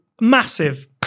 massive